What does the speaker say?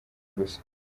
gusa